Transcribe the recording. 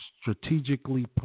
strategically